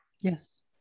Yes